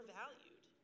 valued